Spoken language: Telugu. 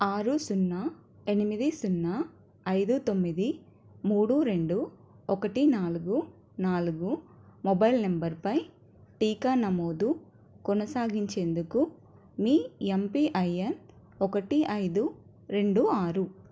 ఆరు సున్నా ఎనిమిది సున్నా ఐదు తొమ్మిది మూడు రెండు ఒకటి నాలుగు నాలుగు మొబైల్ నంబరుపై టీకా నమోదు కొనసాగించేందుకు మీ యమ్పిఐయన్ ఒకటి ఐదు రెండు ఆరు